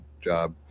job